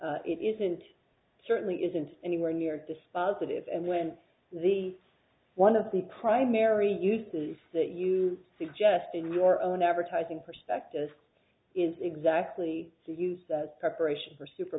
it isn't certainly isn't anywhere near dispositive and when the one of the primary uses that you suggest in your own advertising perspective is exactly to use those preparations for super